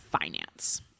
finance